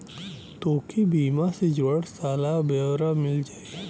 तोके बीमा से जुड़ल सारा ब्योरा मिल जाई